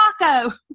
taco